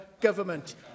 government